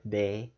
day